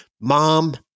mom